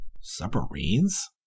Submarines